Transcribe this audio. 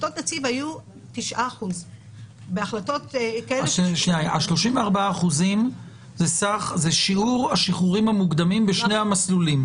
החלטות נציב היו 9%. ה-34% זה שיעור השחרורים המוקדמים בשני המסלולים?